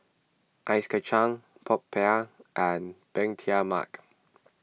Ice Kacang Popiah and Bee Tai Mak